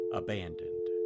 abandoned